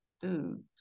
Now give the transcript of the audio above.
dude